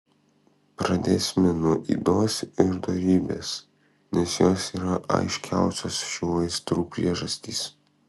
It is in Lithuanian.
pradėsime nuo ydos ir dorybės nes jos yra aiškiausios šių aistrų priežastys